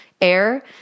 air